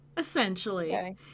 Essentially